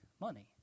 money